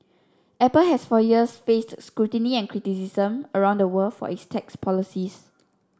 apple has for years faced scrutiny and criticism around the world for its tax policies